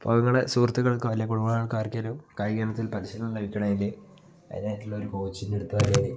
അവകളെ സുഹൃത്തുക്കൾക്കും അല്ലെങ്കിൽ കുടുംബാങ്ങൾക്കോ ആർക്കെങ്കിലും കായിക ഇനത്തിൽ പരിശീലം ലഭിക്കണമെങ്കിൽ അതിനായിട്ടുള്ള ഒരു കോച്ചിൻ്റെ അടുത്തു കൊണ്ടുപോയി